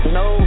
no